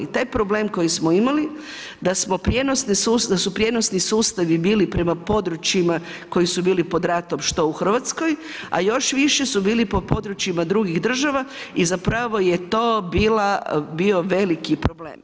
Taj problem koji smo imali, da su prijenosni sustavi bili prema područjima koji su bili pod ratom što u Hrvatskoj, a još više su bili po područjima drugih država i zapravo je to bio veliki problem.